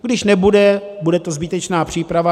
Když nebude, bude to zbytečná příprava.